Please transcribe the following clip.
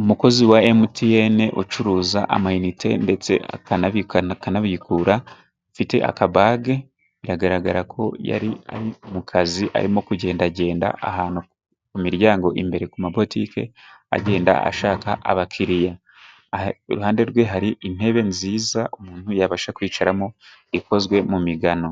Umukozi wa Emutiyene ucuruza amayinite ndetse akanabika akanabikura, ufite akabage. Biragaragara ko ari mu kazi, arimo kugenda agenda ahantu ku miryango imbere ku mabotike agenda ashaka abakiriya. Iruhande rwe hari intebe nziza umuntu yabasha kwicaramo ikozwe mu migano,